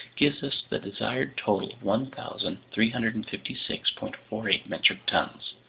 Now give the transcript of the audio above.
gives us the desired total of one thousand three hundred and fifty six point four eight metric tons.